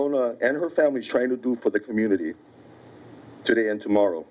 owner and her family is trying to do for the community today and tomorrow